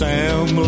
Sam